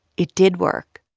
it did work.